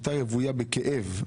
הייתה רוויה בכאב.